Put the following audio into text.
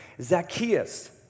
Zacchaeus